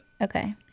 Okay